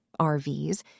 RVs